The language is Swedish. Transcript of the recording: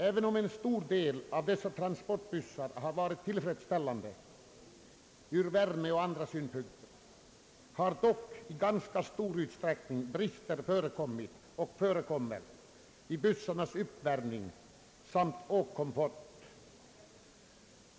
Även om en stor del av dessa transportbussar har varit tillfredsställande ur värmeoch andra synpunkter har dock i ganska stor utsträckning brister förekommit och förekommer alltjämt i bussarnas uppvärmning samt åkkomfort.